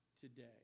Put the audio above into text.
today